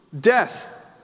Death